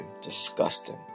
disgusting